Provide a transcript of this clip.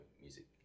music